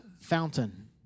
fountain